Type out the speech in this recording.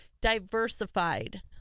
diversified